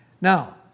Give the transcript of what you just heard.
Now